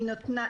טיסות יומיות,